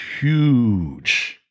huge